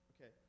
Okay